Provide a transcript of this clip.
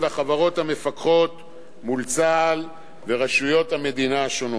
והחברות המפקחות מול צה"ל ורשויות המדינה השונות,